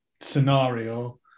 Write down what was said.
scenario